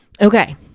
Okay